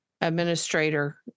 administrator